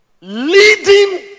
Leading